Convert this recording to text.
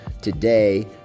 today